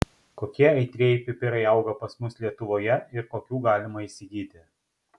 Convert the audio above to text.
kokie aitrieji pipirai auga pas mus lietuvoje ir kokių galima įsigyti